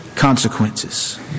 consequences